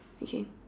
okay